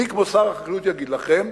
ומי כמו שר החקלאות יגיד לכם,